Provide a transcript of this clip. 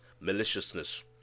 maliciousness